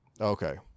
okay